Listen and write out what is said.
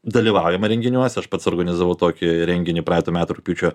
dalyvavimą renginiuose aš pats organizavau tokį renginį praeitų metų rugpjūčio